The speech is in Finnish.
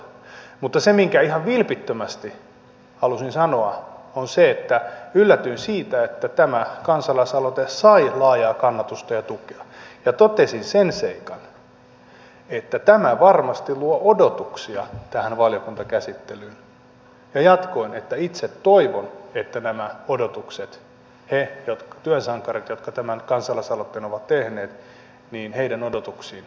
mutta se minkä ihan vilpittömästi halusin sanoa on se että yllätyin siitä että tämä kansalaisaloite sai laajaa kannatusta ja tukea ja totesin sen seikan että tämä varmasti luo odotuksia tähän valiokuntakäsittelyyn ja jatkoin että itse toivon että näiden työn sankarien jotka tämän kansalaisaloitteen ovat tehneet odotuksiin vastataan